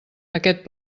aquest